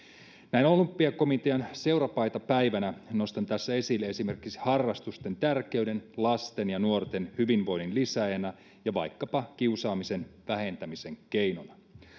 näin olympiakomitean seurapaitapäivänä nostan tässä esille esimerkiksi harrastusten tärkeyden lasten ja nuorten hyvinvoinnin lisääjänä ja vaikkapa kiusaamisen vähentämisen keinona